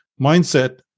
mindset